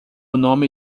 nome